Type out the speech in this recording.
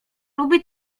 lubi